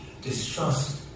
distrust